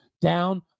down